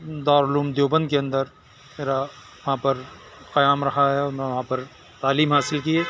دار العلوم دیوبند کے اندر میرا وہاں پر قیام رہا ہے اور میں وہاں پر تعلیم حاصل کی